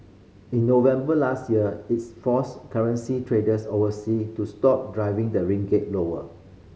in November last year it's forced currency traders oversea to stop driving the ring git lower